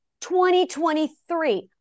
2023